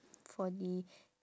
for the